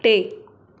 टे